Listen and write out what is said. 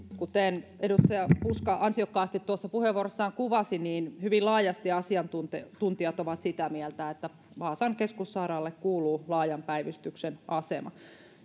kuten edustaja puska ansiokkaasti tuossa puheenvuorossaan kuvasi hyvin laajasti asiantuntijat asiantuntijat ovat sitä mieltä että vaasan keskussairaalalle kuuluu laajan päivystyksen asema